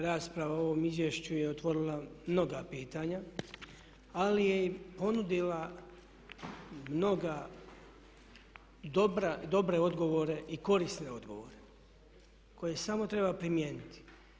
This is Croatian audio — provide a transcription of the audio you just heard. Rasprava o ovom izvješću je otvorila mnoga pitanja, ali je i ponudila mnoga dobra, dobre odgovore i korisne odgovore koje samo treba primijeniti.